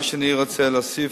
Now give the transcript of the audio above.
מה שאני רוצה להוסיף,